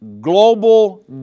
global